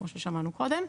כמו ששמענו קודם,